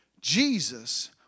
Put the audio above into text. Jesus